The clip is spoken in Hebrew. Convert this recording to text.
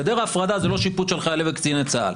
גדר ההפרדה זה לא שיפוט של חיילי וקציני צה"ל.